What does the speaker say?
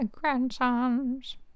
grandsons